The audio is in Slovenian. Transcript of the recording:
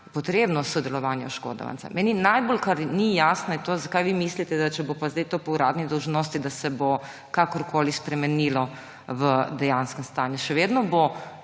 potrebno sodelovanje oškodovanca. Kar meni najbolj ni jasno, je to, zakaj vi mislite, da če bo pa zdaj to po uradni dolžnosti, da se bo kakorkoli spremenilo v dejanskem stanju. Še vedno bo